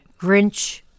Grinch